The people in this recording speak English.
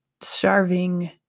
starving